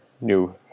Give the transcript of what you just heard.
new